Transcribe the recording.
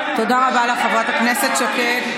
תודה רבה לך, חברת הכנסת שקד.